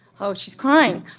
oh, she's crying.